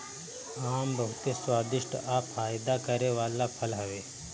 आम बहुते स्वादिष्ठ आ फायदा करे वाला फल हवे